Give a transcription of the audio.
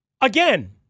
again